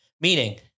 meaning